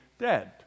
dead